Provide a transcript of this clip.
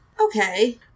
Okay